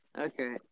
Okay